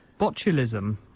botulism